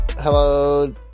Hello